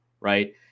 right